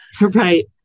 Right